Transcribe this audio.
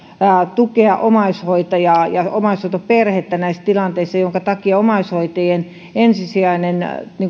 tukea omaishoitajaa ja omaishoitoperhettä näissä tilanteissa minkä takia omaishoitajien ensisijainen